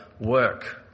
work